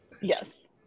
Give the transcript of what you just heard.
yes